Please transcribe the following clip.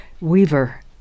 weaver